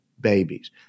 babies